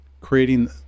creating